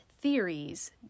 theories